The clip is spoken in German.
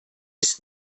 ist